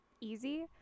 easy